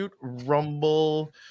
rumble